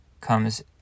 comes